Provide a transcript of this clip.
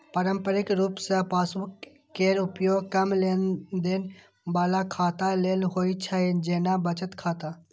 पारंपरिक रूप सं पासबुक केर उपयोग कम लेनदेन बला खाता लेल होइ छै, जेना बचत खाता